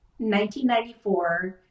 1994